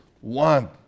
one